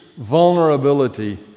vulnerability